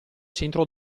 centro